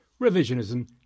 revisionism